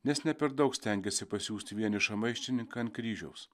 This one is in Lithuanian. nes ne per daug stengėsi pasiųsti vienišą maištininką ant kryžiaus